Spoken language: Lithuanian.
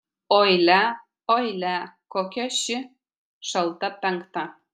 oi lia oi lia kokia ši šalta penkta